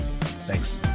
Thanks